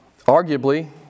Arguably